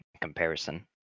comparison